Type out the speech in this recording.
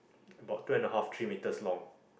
about two and a half three meters long